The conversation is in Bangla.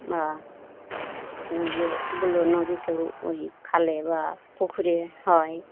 বা যে ওগুলো নদীতে ওই খালে বা পুকুরে হয়